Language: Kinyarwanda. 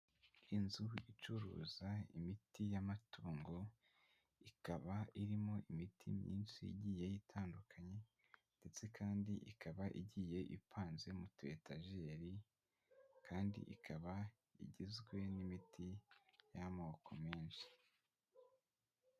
Inzu icuruza imiti y'amatungo, ikaba irimo imiti myinshi igiye itandukanye, ndetse kandi ikaba igiye ipanze mutu etajeri kandi ikaba igizwe n'imiti y'amoko menshi.